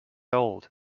old